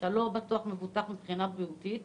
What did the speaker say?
לא בטוח שאתה מבוטח מבחינה בריאותית.